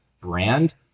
Brand